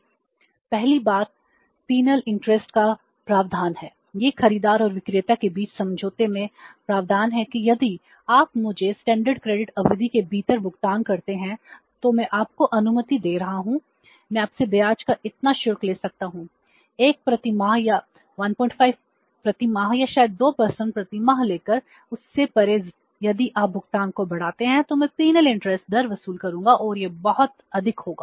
पहली बात penal interest दर वसूल करूंगा और यह बहुत अधिक होगा